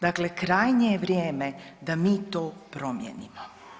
Dakle, krajnje je vrijeme da mi to promijenimo.